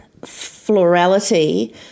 florality